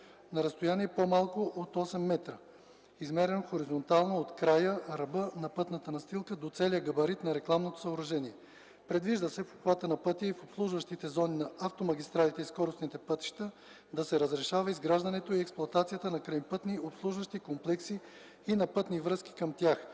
на разстояние, по-малко от 8 м, измерено хоризонтално от края (ръба) на пътната настилка до целия габарит на рекламното съоръжение. Предвижда се в обхвата на пътя и в обслужващите зони на автомагистралите и скоростните пътища да се разрешава изграждането и експлоатацията на крайпътни обслужващи комплекси и на пътни връзки към тях,